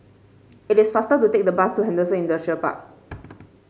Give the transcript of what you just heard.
it is faster to take the bus to Henderson Industrial Park